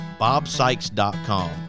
bobsykes.com